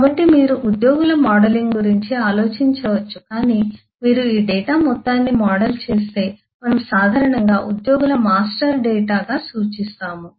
కాబట్టి మీరు ఉద్యోగుల మోడలింగ్ గురించి ఆలోచించవచ్చు కానీ మీరు ఈ డేటా మొత్తాన్ని మోడల్ చేస్తే మనము సాధారణంగా ఉద్యోగుల మాస్టర్ డేటాగా సూచిస్తాము